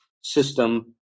system